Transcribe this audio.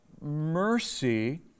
mercy